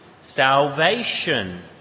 salvation